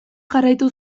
jarraitu